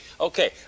okay